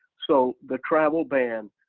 so the travel ban,